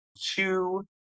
two